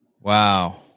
Wow